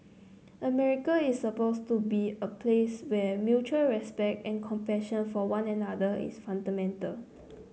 America is supposed to be a place where mutual respect and compassion for one another is fundamental